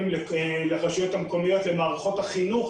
לרשויות המקומיות למערכות החינוך,